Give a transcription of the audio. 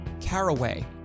Caraway